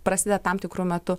prasideda tam tikru metu